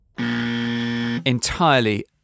entirely